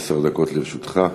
עשר דקות לרשותך.